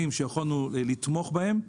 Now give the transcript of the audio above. שיכולנו לתמוך בהם,